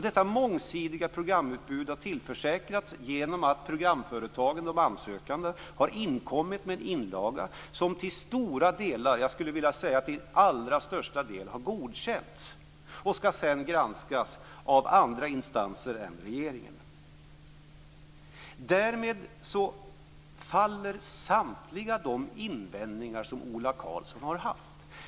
Detta mångsidiga programutbud har tillförsäkrats genom att programföretagen, de ansökande, har inkommit med en inlaga som till största delen har godkänts och som sedan skall granskas av andra instanser än regeringen. Därmed faller samtliga de invändningar som Ola Karlsson har haft.